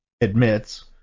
admits